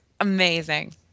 amazing